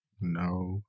no